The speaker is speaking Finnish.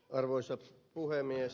arvoisa puhemies